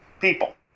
people